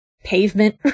pavement